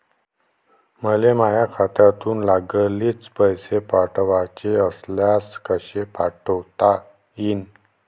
मले माह्या खात्यातून लागलीच पैसे पाठवाचे असल्यास कसे पाठोता यीन?